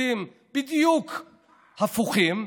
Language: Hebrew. שופטים בדיוק הפוכים.